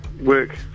work